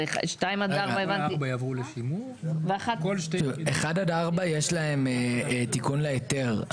אבל הבנתי ש-2 עד 4 --- 1 עד 4 יש להן תיקון להיתר.